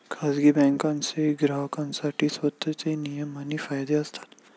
खाजगी बँकांचे ग्राहकांसाठी स्वतःचे नियम आणि कायदे असतात